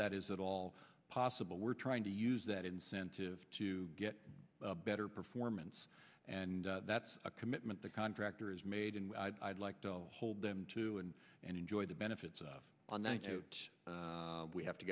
that is at all possible we're trying to use that incentive to get better performance and that's a commitment the contractor has made and i'd like to hold them to and and enjoy the benefits of on that we have to